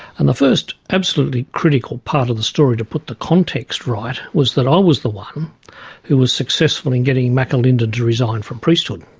and the first absolutely critical part of the story to put the context right was that i was the one who was successful in getting mcalinden to resign from priesthood.